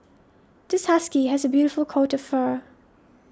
this husky has a beautiful coat of fur